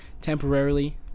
temporarily